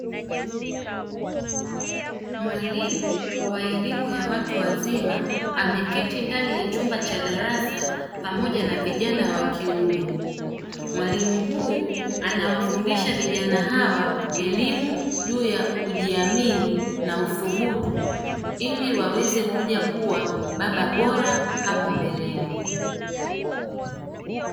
Mwalimu wa elimu ya watu wazima ameketi ndani ya chumba cha darasa pamoja na vijana wa kiume, huku mwalimu huyu akiwafundisha vijana hawa kuhusu kujiamini na uthubutu ili waweze kuja kuwa baba bora hapo mbeleni.